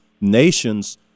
nations